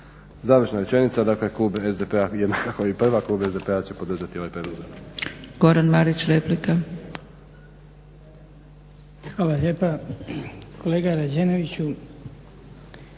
Završna rečenica, klub SDP-a, jednako kao i prva, klub SDP-a će podržati ovaj prijedlog